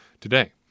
today